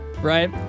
right